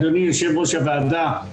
אדוני יושב-ראש הוועדה,